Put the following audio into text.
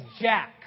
jack